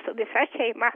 su visa šeima